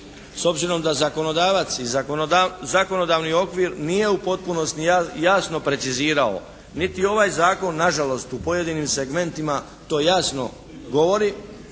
s obzirom da zakonodavac i zakonodavni okvir nije u potpunosti jasno precizirao niti ovaj zakon nažalost u pojedinim segmentima to jasno govori